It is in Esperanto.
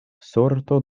sorto